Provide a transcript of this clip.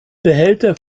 behälter